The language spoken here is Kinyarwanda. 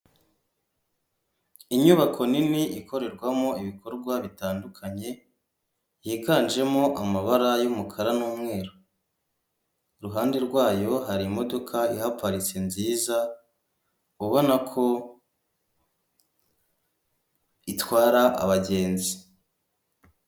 Inyubako nini ikorerwamo ibikorwa bitandukanye, higanjemo amabara y'umukara n'umweru, iruhande rwayo hari imodoka ihaparitse nziza ubona ko itwara abagenzi.